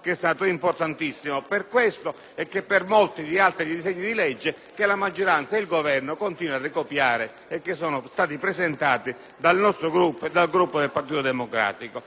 che è stato importantissimo per questo e per molti altri disegni di legge, che la maggioranza ed il Governo continuano a ricopiare, che sono stati presentati dal nostro Gruppo e dal Gruppo del Partito Democratico.